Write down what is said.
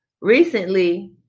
recently